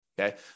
okay